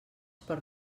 per